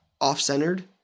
off-centered